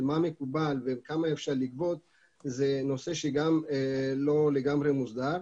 מה מקובל וכמה אפשר לגבות זה נושא שלא לגמרי מוסדר.